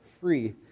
free